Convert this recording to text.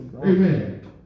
Amen